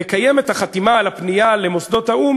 לקיים את החתימה על הפנייה למוסדות האו"ם